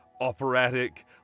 operatic